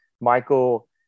Michael